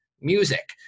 music